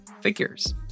figures